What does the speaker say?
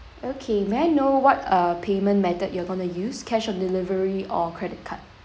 okay may I know what uh payment method you are gonna use cash on delivery or credit card